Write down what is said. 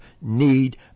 need